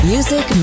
Music